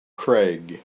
craig